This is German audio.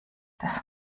das